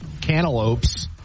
cantaloupes